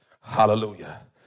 Hallelujah